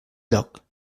lloc